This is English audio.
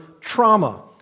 trauma